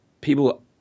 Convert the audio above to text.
people